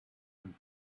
and